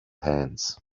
hands